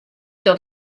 dat